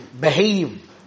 behave